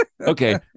Okay